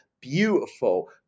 beautiful